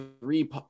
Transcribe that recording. three